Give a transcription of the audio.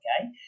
okay